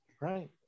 right